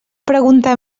pregunta